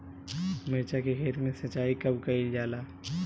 मिर्चा के खेत में सिचाई कब कइल जाला?